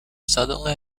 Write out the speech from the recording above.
suddenly